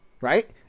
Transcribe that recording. right